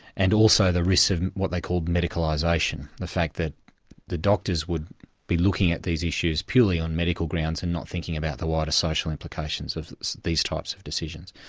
and also the risk of what they called medicalisation, the fact that the doctors would be looking at these issues purely on medical grounds and not thinking about the wider social implications of these types of decisions.